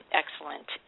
excellent